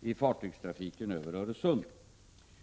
i fartygstrafiken över Öresund.